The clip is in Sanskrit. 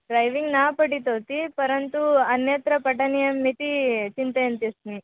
ड्रैविङ्ग् न पठितवती परन्तु अन्यत्र पठनीयम् इति चिन्तयन्ती अस्मि